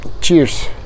Cheers